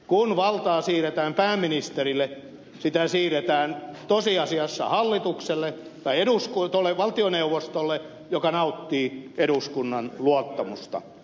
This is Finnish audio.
kun valtaa siirretään pääministerille sitä siirretään tosiasiassa hallitukselle tai valtioneuvostolle joka nauttii eduskunnan luottamusta